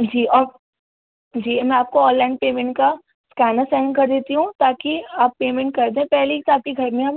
جی آف جی میں آپ کو آن لائن پیمنٹ کا اسکینر سینڈ کر دیتی ہوں تاکہ آپ پیمنٹ کر دیں پہلی ساتھ ہی گھر میں اب